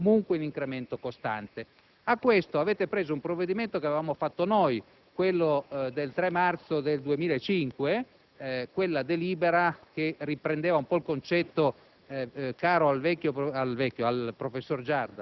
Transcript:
che la spesa sanitaria sia comunque in incremento costante. Per questo avete preso un provvedimento che avevamo fatto noi, il 3 marzo del 2005, e cioè la delibera che riprendeva il concetto,